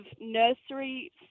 nursery